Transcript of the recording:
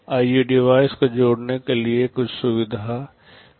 IO device को जोड़ने के लिए कुछ सुविधा हो सकती है